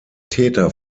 täter